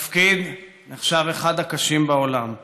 התפקיד נחשב אחד הקשים בעולם.